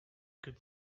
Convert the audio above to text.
could